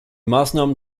maßnahmen